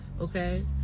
okay